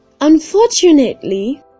Unfortunately